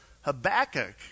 Habakkuk